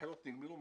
הבחירות נגמרו,